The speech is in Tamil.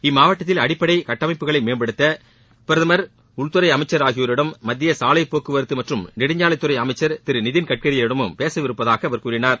இம்மாவட்டத்தில் அடிப்படை கட்டமைப்புகளை மேம்படுத்த பிரதமர் உள்துறை அமைச்சர் ஆகியோரிடமும் மத்திய சாலை போக்குவரத்து மற்றும் நெடுஞ்சாலைகள் துறை அமைச்சர் திரு நிதின் கட்கரியிடமும் பேசவிருப்பதாக அவர் கூறினார்